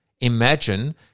imagine